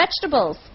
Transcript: vegetables